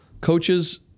coaches